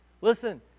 Listen